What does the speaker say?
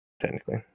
technically